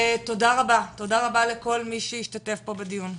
תודה רבה לכל מי שהשתתף פה בדיון.